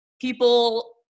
people